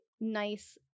nice